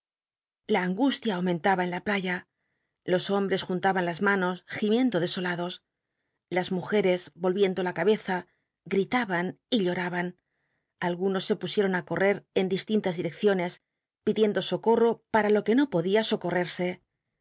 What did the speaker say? la angustia aumentaba en la playa loo hombres juntaban las manos gimiendo desolados las mujeres volyiendo la cabeza gritaban y lloraban algunos se pusieron tí cortca en distintas direcciones pidiendo socorro jaaa lo que no podia socoa